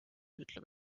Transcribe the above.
ütleb